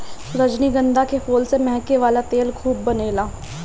रजनीगंधा के फूल से महके वाला तेल खूब बनेला